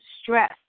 stress